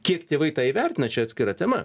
kiek tėvai tą įvertina čia atskira tema